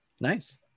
Nice